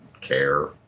care